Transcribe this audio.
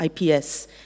IPS